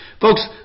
Folks